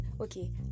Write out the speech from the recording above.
okay